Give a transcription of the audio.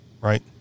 right